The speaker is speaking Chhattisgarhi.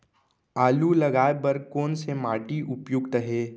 आलू लगाय बर कोन से माटी उपयुक्त हे?